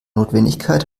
notwendigkeit